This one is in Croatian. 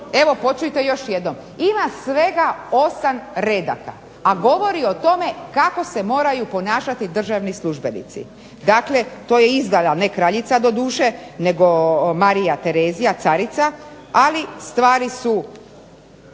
Evo počujte još jednom, ima svega osam redaka a govori o tome kako se moraju ponašati državni službenici. Dakle, to je izdala ne kraljica doduše nego Marija Terezija carica, ali stvari su